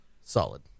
Solid